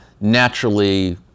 naturally